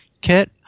kit